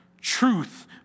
Truth